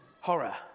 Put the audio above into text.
horror